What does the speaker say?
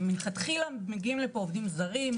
הם מלכתחילה מגיעים לפה כעובדים זרים,